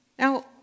Now